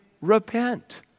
repent